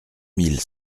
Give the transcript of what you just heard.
mille